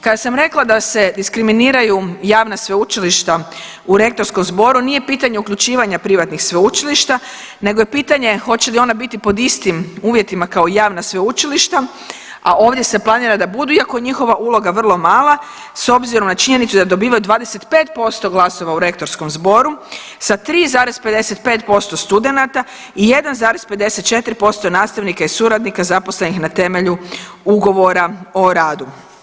Kada sam rekla da se diskriminiraju javna sveučilišta u rektorskom zboru nije pitanje uključivanja privatnih sveučilišta nego je pitanje hoće li ona biti pod istim uvjetima kao javna sveučilišta, a ovdje se planira da budu iako je njihova uloga vrlo mala s obzirom na činjenicu da dobivaju 25% glasova u rektorskom zboru, sa 3,55% studenata i 1,54% nastavnika i suradnika zaposlenih na temelju ugovora o radu.